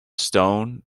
stone